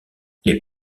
les